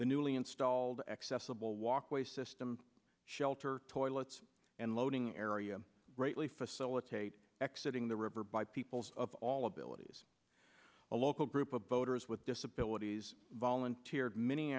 the newly installed accessible walkway system shelter toilets and loading area greatly facilitate exit ing the river by peoples of all abilities a local group of voters with disabilities volunteered many